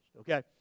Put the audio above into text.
Okay